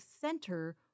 center